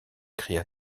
cria